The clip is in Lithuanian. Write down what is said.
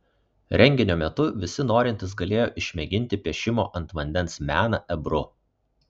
renginio metu visi norintys galėjo išmėginti piešimo ant vandens meną ebru